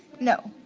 no.